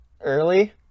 Early